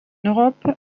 europe